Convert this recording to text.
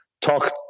talk